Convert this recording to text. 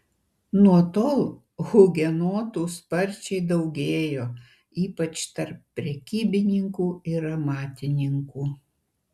nuo tol hugenotų sparčiai daugėjo ypač tarp prekybininkų ir amatininkų